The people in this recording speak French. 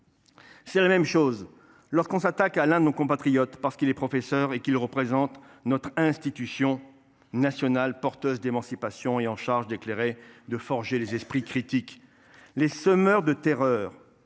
C’est la même chose lorsque l’on s’attaque à l’un de nos compatriotes parce qu’il est professeur et qu’il représente notre institution nationale, porteuse d’émancipation et chargée d’éclairer et de forger les esprits critiques. Les semeurs de terreur